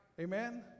Amen